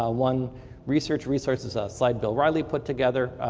ah one research resource, it's a slide bill riley put together,